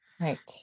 right